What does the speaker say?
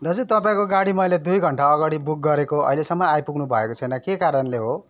दाजु तपाईँको गाडी मैले दुई घन्टा अगाडि बुक गरेको अहिलेसम्म आइपुग्नु भएको छैन के कारणले हो